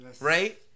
Right